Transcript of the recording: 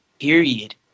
period